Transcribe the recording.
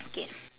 okay